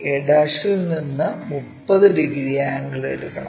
aൽ നിന്ന് 30 degree angle എടുക്കണം